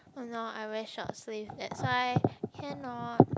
!han orh! I wear short sleeve that's why cannot